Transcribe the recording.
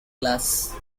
class